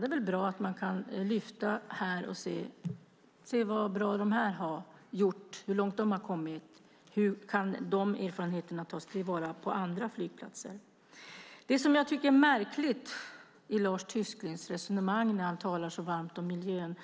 Det är väl bra att man kan lyfta fram dem och se hur långt de har kommit och hur erfarenheterna därifrån kan tas till vara på andra flygplatser. Det som jag tycker är så märkligt i Lars Tysklinds resonemang när han talar så varmt om miljön